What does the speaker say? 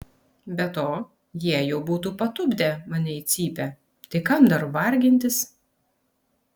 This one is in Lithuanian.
be to jie jau būtų patupdę mane į cypę tai kam dar vargintis